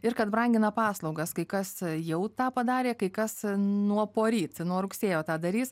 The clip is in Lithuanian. ir kad brangina paslaugas kai kas jau tą padarė kai kas nuo poryt nuo rugsėjo tą darys